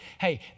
hey